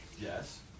Yes